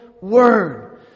word